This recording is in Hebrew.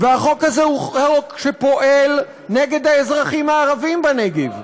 והחוק הזה הוא חוק שפועל נגד האזרחים הערבים בנגב.